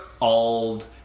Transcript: old